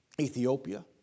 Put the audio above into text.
Ethiopia